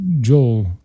Joel